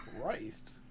Christ